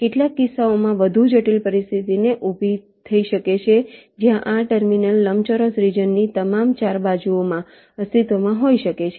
કેટલાક કિસ્સાઓમાં વધુ જટિલ પરિસ્થિતિ ઊભી થઈ શકે છે જ્યાં આ ટર્મિનલ લંબચોરસ રિજન ની તમામ 4 બાજુઓમાં અસ્તિત્વમાં હોઈ શકે છે